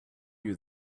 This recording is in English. you